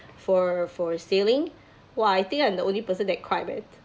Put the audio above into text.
for for sailing !wah! I think I'm the only person that cried eh